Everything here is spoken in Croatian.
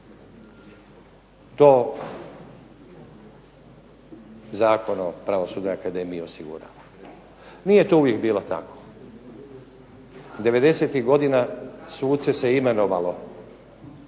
To Zakon o Pravosudnoj akademiji osigurava. Nije to uvijek bilo tako. '90.-ih godina suce se imenovalo